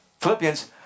Philippians